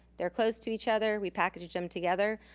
they're close to each other. we packaged em together.